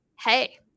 hey